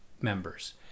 members